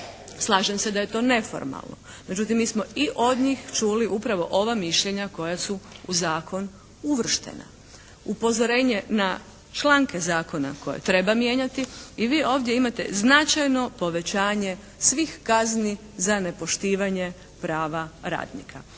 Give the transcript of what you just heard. Slažem se da je to neformalno, međutim mi smo i od njih čuli upravo ova mišljenja koja su u zakon uvrštena. Upozorenje na članke zakona koje treba mijenjati i vi ovdje imate značajno povećanje svih kazni za nepoštivanje prava radnika.